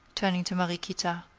turning to mariequita.